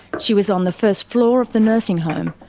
but she was on the first floor of the nursing home,